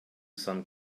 some